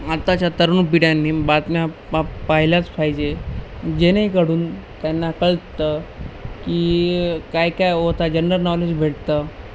आत्ताच्या तरुण पिढ्यांनी बातम्या पा पाहिलाच पाहिजे जेणेकडून त्यांना कळतं की काय काय होतं जनरल नॉलेज भेटतं